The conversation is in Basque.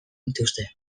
dituzte